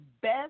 best